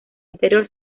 interior